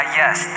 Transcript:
yes